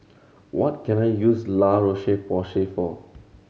what can I use La Roche Porsay for